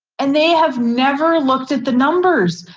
and they have never looked at the numbers.